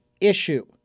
issue